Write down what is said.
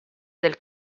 del